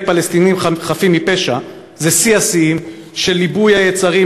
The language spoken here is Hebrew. פלסטינים חפים מפשע זה שיא השיאים של ליבוי היצרים,